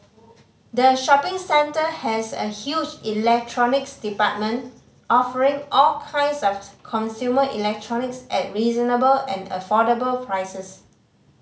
the shopping centre has a huge electronics department offering all kinds of consumer electronics at reasonable and affordable prices